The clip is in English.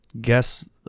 guess